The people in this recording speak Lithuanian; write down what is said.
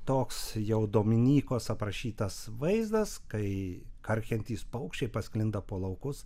toks jau dominykos aprašytas vaizdas kai karkiantys paukščiai pasklinda po laukus